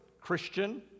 Christian